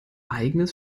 eigenes